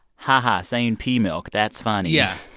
ha ha. saying pea milk, that's funny yeah